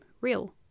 real